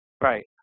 Right